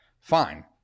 fine